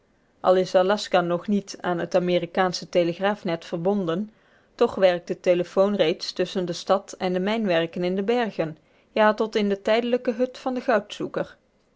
al is aljaska nog niet aan het amerikaansche telegraafnet verbonden toch werkt de telefoon reeds tusschen de stad en de mijnwerken in de bergen ja tot in de tijdelijke hut van den goudzoeker